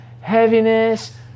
heaviness